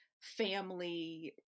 family